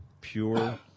pure